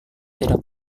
tidak